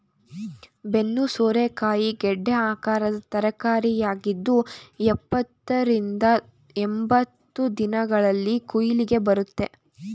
ಬೆನ್ನು ಸೋರೆಕಾಯಿ ಗೆಡ್ಡೆ ಆಕಾರದ ತರಕಾರಿಯಾಗಿದ್ದು ಎಪ್ಪತ್ತ ರಿಂದ ಎಂಬತ್ತು ದಿನಗಳಲ್ಲಿ ಕುಯ್ಲಿಗೆ ಬರುತ್ತೆ